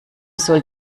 soll